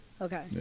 Okay